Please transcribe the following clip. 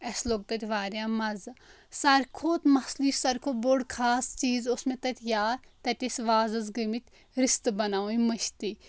اَسہِ لوٚگ تَتہِ واریاہ مَزٕ سارِی کھۄتہٕ مسلہٕ یُس ساری کھۄتہٕ بوٚڈ خاص چیٖز اوس مےٚ تَتہِ یاد تَتہِ ٲسۍ وازَس گٔمٕتۍ رِستہٕ بَناوٕنۍ مٔشتٕے